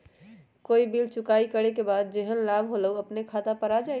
कोई बिल चुकाई करे के बाद जेहन लाभ होल उ अपने खाता पर आ जाई?